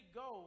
go